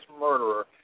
murderer